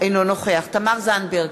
אינו נוכח תמר זנדברג,